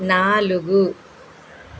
నాలుగు